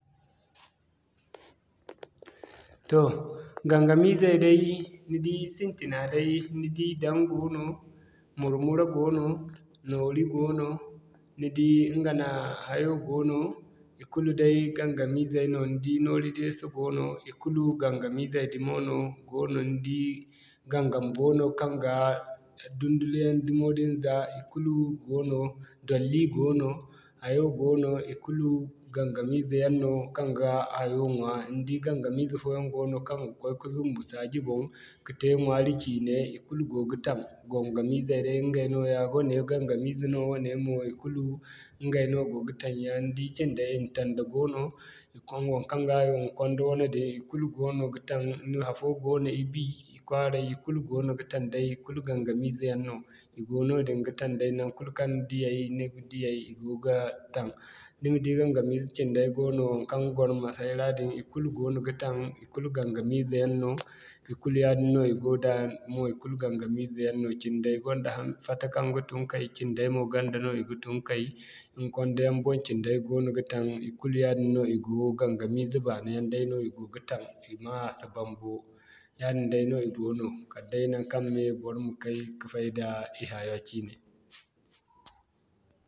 Toh gangamizey day ni di sintina day, ni di daŋ goono, mur-mura goono, noori goono, ni di ɲga nooya hayo goono, ikulu day gangamizey no ni di noori deesa goono ikulu gangamizey dumo no goono ni di gangam goono kaŋ ga dundule yaŋ dumo din za kulu goono. Dolli goono, hayo goono, ikulu gangamize yaŋ no kaŋ ga hayo ɲwa ni di gangamize fooyaŋ goono kaŋ ga koy ka zumbu saaji boŋ ka te ɲwaari ciine, ikulu go ga taŋ. Gangamizey day ɲgay nooya wane gangamize no wane mo haikulu ɲgay no go ga taŋ ya ni di cinday intanda goono, waŋkaŋ ga inkwanda wane din ikulu i goono ga taŋ afooyaŋ goono i bii, i kwaaray ikulu goono ga taŋ day ikulu gangamize yaŋ no. I go noodin ga taŋ day naŋkul kaŋ ni diyay ni ga diyay i goo ga taŋ. Ni ma di gangamize cinday goono waŋkaŋ ga gwaro masai ra din ikulu goono ga taŋ, ikulu gangamize yaŋ no ikulu yaadin no i goo da mo ikulu gangamize yaŋ no cinday gonda ham fata kaŋ ga tun kay ɲkwanda yaŋ boŋ cindey goono ga taŋ, ikulu yaadin no i go gangamize yaŋ no, ikulu yaadin no i go da mo ikulu gangamize yaŋ no. Cindey gonda ham, fata kaŋ ga tun kay cinday mo ganda no i ga tun kay inkwanda yaŋ boŋ cindey goono ga taŋ, ikulu yaadin no i go gangamize baano yaŋ day no i go ga taŋ amma a si ban bo. Yaadin day no i goono kala day naŋkaŋ mey bor ma kay ka fayda i haya ciine.